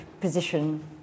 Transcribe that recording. position